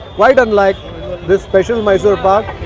quite unlike the special mysore pak.